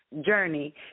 journey